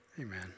amen